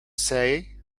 say